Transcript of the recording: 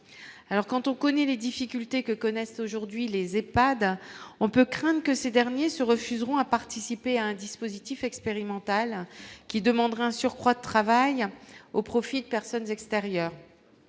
quand on connaît les difficultés que connaissent aujourd'hui les Epad, on peut craindre que ces derniers se refuseront à participer à un dispositif expérimental qui demanderait un surcroît de travail au profit de personnes extérieures